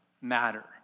matter